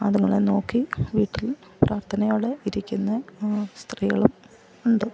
അതുങ്ങളെ നോക്കി വീട്ടിൽ പ്രാർത്ഥനയോടെ ഇരിക്കുന്ന സ്ത്രീകളും ഉണ്ട്